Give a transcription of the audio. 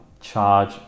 charge